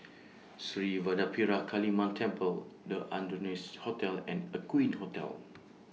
Sri Vadapathira Kaliamman Temple The Ardennes Hotel and Aqueen Hotel